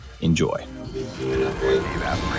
Enjoy